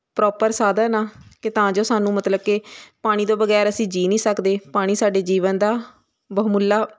proper ਸਾਧਨ ਆ ਕਿ ਤਾਂ ਜੋ ਸਾਨੂੰ ਮਤਲਬ ਕਿ ਪਾਣੀ ਤੋਂ ਬਗੈਰ ਅਸੀਂ ਜੀਅ ਨਹੀਂ ਸਕਦੇ ਪਾਣੀ ਸਾਡੇ ਜੀਵਨ ਦਾ ਬਹਮੁੱਲਾ